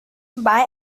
buy